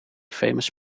famous